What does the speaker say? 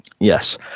Yes